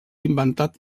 inventat